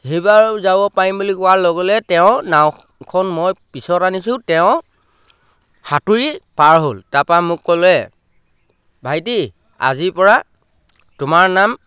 সেইবাৰো যাব পাৰিম বুলি কোৱাৰ লগে লগে তেওঁ নাওখন মই পিছত আনিছোঁ তেওঁ সাঁতুৰি পাৰ হ'ল তাৰপৰা মোক ক'লে ভাইটি আজিৰপৰা তোমাৰ নাম